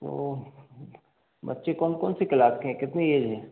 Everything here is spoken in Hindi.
वो बच्चे कौन कौन सी क्लास के हैं कितनी ऐज है